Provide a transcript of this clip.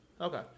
Okay